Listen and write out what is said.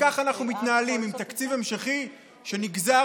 וכך אנחנו מתנהלים עם תקציב המשכי שנגזר